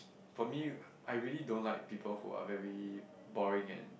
for me I really don't like people who are very boring and